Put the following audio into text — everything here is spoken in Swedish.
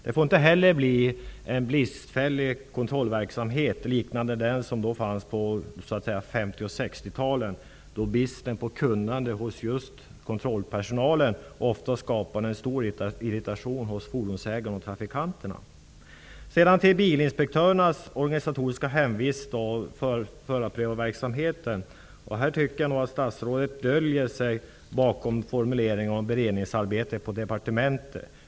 Det får inte bli en bristfällig kontrollverksamhet liknande den som fanns på 50 och 60-talen, då bristen på kunnande hos kontrollpersonalen ofta skapade stor irritation hos fordonsägarna och trafikanterna. Sedan till bilinspektörernas organisatoriska hemvist och förarprövarverksamheten. Där döljer sig statsrådet bakom formuleringar om att ''beredningsarbete pågår på departementet''.